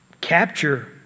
capture